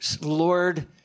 Lord